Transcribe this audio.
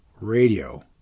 Radio